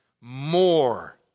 More